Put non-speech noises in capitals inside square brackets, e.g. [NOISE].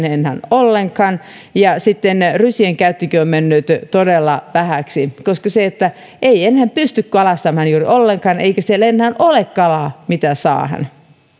[UNINTELLIGIBLE] enää ollenkaan ja rysien käyttökin on mennyt todella vähäksi koska ei enää pysty kalastamaan juuri ollenkaan eikä siellä enää ole kalaa mitä saada